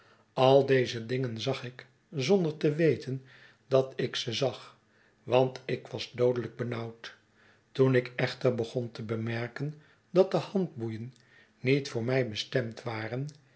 al deze dingen zag ik zonder te weten dat ik ze zag want ik was doodelijk benauwd toen ik echter begon te bemerken dat de handboeien niet voor mij bestemd waren